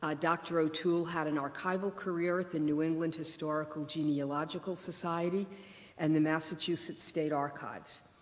ah dr. o'toole had an archival career at the new england historical genealogical society and the massachusetts state archives.